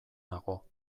nago